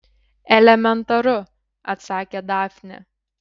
elementaru atsakė dafnė